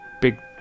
big